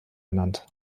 benannt